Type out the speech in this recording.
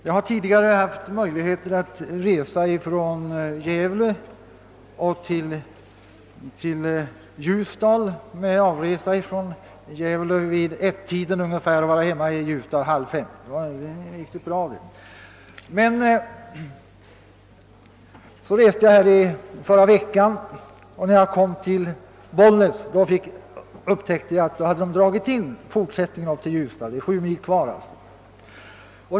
Jag har tidigare haft möjlighet att resa från Gävle till Ljusdal med avresa från Gävle vid etttiden och med hemkomst till Ljusdal vid halvfemtiden — det var en mycket bra förbindelse. Men när jag reste i förra veckan upptäckte jag i Bollnäs, att man dragit in den fortsatta förbindelsen till Ljusdal — det är då sju mil kvar av resan.